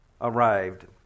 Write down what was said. arrived